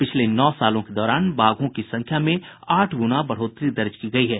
पिछले नौ सालों के दौरान बाघों की संख्या में आठ गुना बढ़ोतरी दर्ज की गयी है